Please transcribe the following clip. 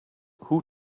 who